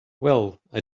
well—i